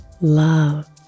love